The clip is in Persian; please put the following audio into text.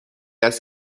هست